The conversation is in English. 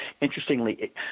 interestingly